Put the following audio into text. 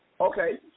Okay